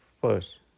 first